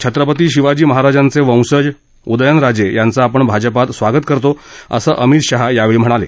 छत्रपती शिवाजी महाराजांचे वंशज उदयनराजे यांच आपण भाजपात स्वागत करतो असं अमित शाह यावेळी म्हणाले